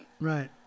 Right